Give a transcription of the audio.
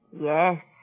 Yes